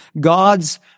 God's